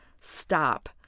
stop